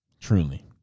truly